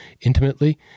intimately